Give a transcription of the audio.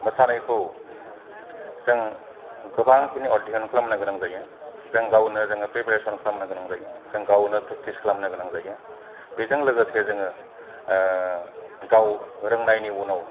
मोसानायखौ जों गोबांखिनि अद्धन खालामनो गोनां जायो जों गावनो जोंनो प्रिपेरेसन खालामनो गोनां जायो जों गावनो प्रेक्टिस खालामनो गोनां जायो बेजों लोगोसे जोङो गाव रोंनायनि उनाव